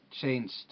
changed